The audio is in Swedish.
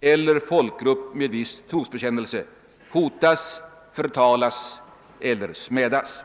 eller folkgrupp med viss trosbekännelse hotas, förtalas eller smädas.